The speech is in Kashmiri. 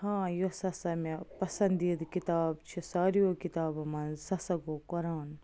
ہاں یۄس ہَسا مےٚ پسندیٖدٕ کِتاب چھِ ساروِیو کِتابو منٛز سُہ ہَسا گوٚو قرآن